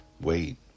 wait